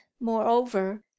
moreover